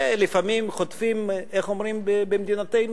ולפעמים חוטפים איך אומרים במדינתנו?